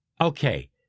okay